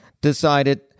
decided